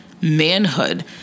manhood